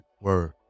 Word